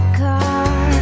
car